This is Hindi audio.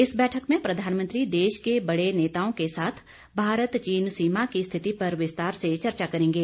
इस बैठक में प्रधानमंत्री देश के बड़े नेताओं के साथ भारत चीन सीमा की स्थिति पर विस्तार से चर्चा करेंगे